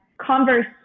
converse